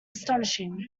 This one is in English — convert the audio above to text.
astonishing